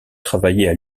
travaillaient